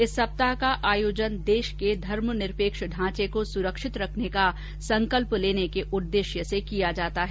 इस सप्ताह का आयोजन देश के धर्मनिरपेक्ष ढांचे को सुरक्षित रखने का संकल्प लेने कई उद्देश्य से किया जाता है